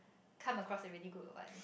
come across a really good ones